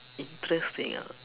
interesting ah